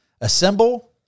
Assemble